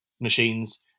machines